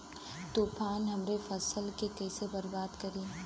तूफान हमरे फसल के कइसे खराब करी?